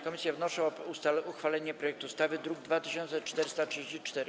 Komisje wnoszą o uchwalenie projektu ustawy, druk nr 2434.